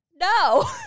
no